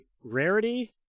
rarity